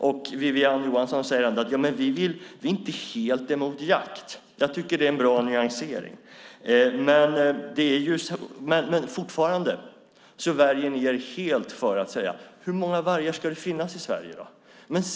Wiwi-Anne Johansson säger att ni inte är helt emot jakt. Jag tycker att det är en bra nyansering. Men fortfarande värjer ni er helt för att säga hur många vargar det ska finnas i Sverige.